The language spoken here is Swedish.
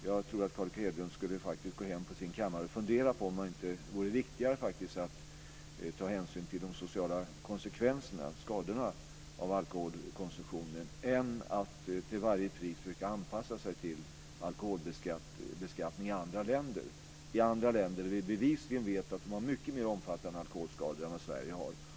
Jag tycker att Carl Erik Hedlund borde gå hem till sin kammare och fundera över om det faktiskt inte är viktigare att ta hänsyn till de sociala konsekvenserna och skadorna av alkoholkonsumtionen än att till varje pris försöka anpassa sig till alkoholbeskattningen i andra länder. Vi vet att man i andra länder bevisligen har mycket mer omfattande alkoholskador än vad Sverige har.